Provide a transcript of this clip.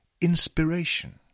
inspiration